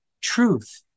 truth